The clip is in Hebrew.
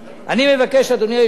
אני מבקש, אדוני היושב-ראש,